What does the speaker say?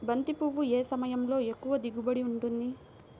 బంతి పువ్వు ఏ సమయంలో ఎక్కువ దిగుబడి ఉంటుంది?